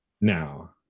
now